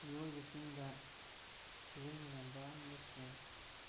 ꯃꯤꯑꯣꯏꯕꯁꯤꯡꯗ ꯁꯤꯖꯤꯟꯅꯅꯕ ꯑꯃꯁꯨꯡ